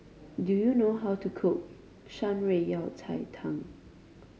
do you know how to cook Shan Rui Yao Cai Tang